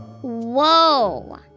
Whoa